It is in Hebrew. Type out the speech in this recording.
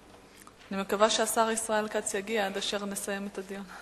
אני מקווה שהשר ישראל כץ יגיע עד אשר נסיים את הדיון.